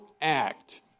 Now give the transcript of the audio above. act